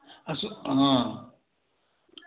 हँ